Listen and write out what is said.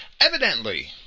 Evidently